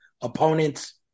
opponents